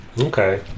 okay